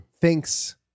thinks-